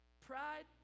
Pride